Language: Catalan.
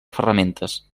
ferramentes